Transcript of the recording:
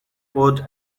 pod